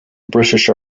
british